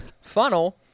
funnel